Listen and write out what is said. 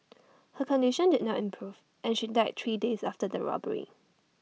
her condition did not improve and she died three days after the robbery